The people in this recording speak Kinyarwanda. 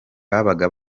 babaga